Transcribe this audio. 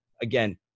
Again